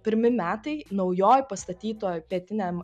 pirmi metai naujoj pastatytoj pietiniam